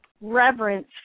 reverence